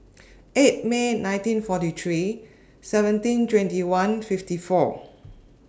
eight May nineteen forty three seventeen twenty one fifty four